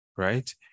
right